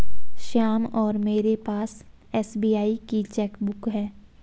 श्याम और मेरे पास एस.बी.आई की चैक बुक है